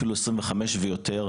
אפילו 25 ויותר,